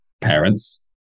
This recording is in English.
parents